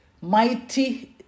mighty